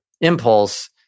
impulse